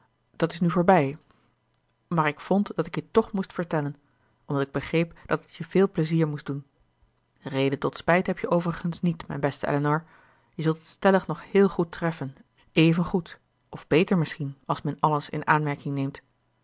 nooit dat is nu voorbij maar ik vond dat ik t je toch moest vertellen omdat ik begreep dat het je veel pleizier moest doen reden tot spijt heb je overigens niet mijn beste elinor je zult het stellig nog heel goed treffen evengoed of beter misschien als men alles in aanmerking neemt